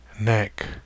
neck